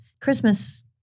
Christmas